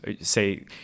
say